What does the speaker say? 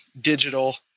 digital